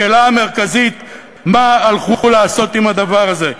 השאלה המרכזית היא מה הלכו לעשות עם הדבר הזה,